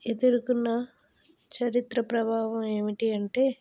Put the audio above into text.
ఎదుర్కొన్న చరిత్ర ప్రభావం ఏమిటి అంటే